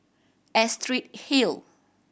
Astrid Hill